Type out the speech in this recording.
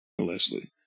Leslie